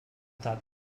that